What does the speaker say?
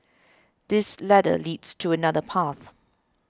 this ladder leads to another path